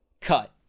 cut